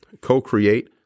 co-create